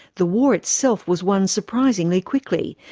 the war itself was won surprisingly quickly.